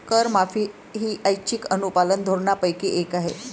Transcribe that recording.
करमाफी ही ऐच्छिक अनुपालन धोरणांपैकी एक आहे